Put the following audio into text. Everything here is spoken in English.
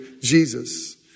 Jesus